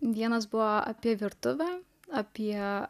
vienas buvo apie virtuvę apie